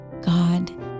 God